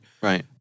Right